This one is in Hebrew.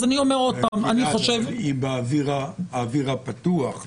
ההתקהלות היא באוויר הפתוח.